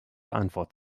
antwort